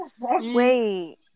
Wait